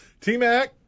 T-Mac